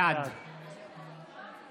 בעד